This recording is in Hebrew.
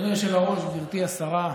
אדוני היושב-ראש, גברתי השרה,